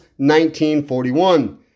1941